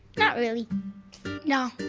not really no.